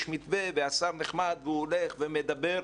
יש מתווה והשר נחמד והוא הולך ומדבר,